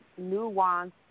nuanced